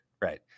right